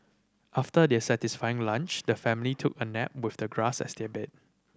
after their satisfying lunch the family took a nap with the grass as their bed